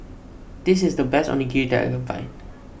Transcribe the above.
this is the best Onigiri that I can find